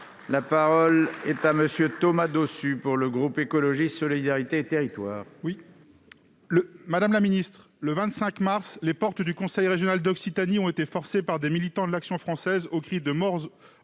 La parole est à M. Thomas Dossus, pour le groupe Écologiste - Solidarité et territoires.